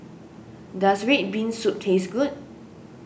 does Red Bean Soup taste good